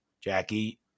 Jackie